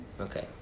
Okay